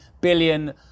billion